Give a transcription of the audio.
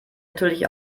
natürlich